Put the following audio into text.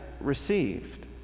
received